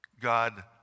god